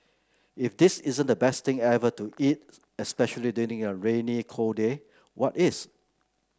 if this isn't the best thing ever to eat especially during a rainy cold day what is